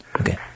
Okay